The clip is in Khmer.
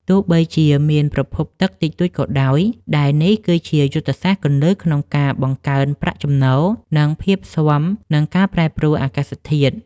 ទោះបីជាមានប្រភពទឹកតិចតួចក៏ដោយ ដែលនេះគឺជាយុទ្ធសាស្ត្រគន្លឹះក្នុងការបង្កើនប្រាក់ចំណូល និងភាពស៊ាំនឹងការប្រែប្រួលអាកាសធាតុ។